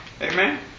Amen